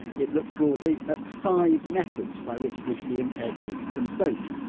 it looked broadly at five methods by which visually impaired people can vote,